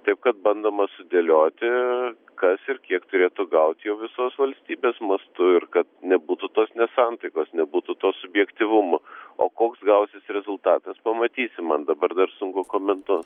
taip kad bandoma sudėlioti kas ir kiek turėtų gauti jau visos valstybės mastu ir kad nebūtų tos nesantaikos nebūtų to subjektyvumo o koks gausis rezultatas pamatysim man dabar dar sunku komentuot